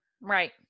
Right